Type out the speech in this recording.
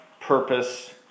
purpose